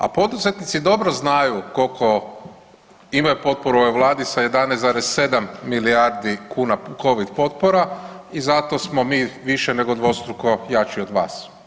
A poduzetnici dobro znaju koliko imaju potporu ove Vlade sa 11,7 milijardi kuna covid potpora i zato smo mi više nego dvorstruko jači od vas.